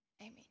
Amen